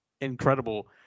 incredible